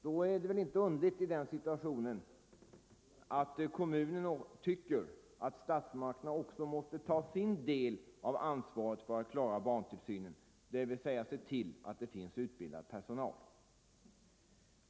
Det är väl inte underligt att kommunen i den situationen anser att också statsmakterna måste ta sin del av ansvaret för att klara barntillsynen, dvs. se till att det finns utbildad personal.